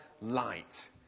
light